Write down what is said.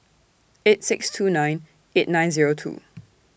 eight six two nine eight nine Zero two